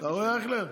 אתה רואה, אייכלר?